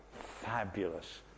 fabulous